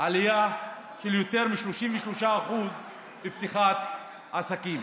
עלייה של יותר מ-33% בפתיחת עסקים.